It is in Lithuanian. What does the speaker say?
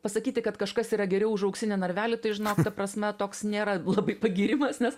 pasakyti kad kažkas yra geriau už auksinį narvelį tai žinok ta prasme toks nėra labai pagyrimas nes